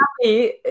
Happy